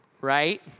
Right